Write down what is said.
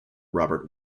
robert